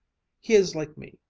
he is like me,